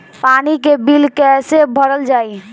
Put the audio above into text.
पानी के बिल कैसे भरल जाइ?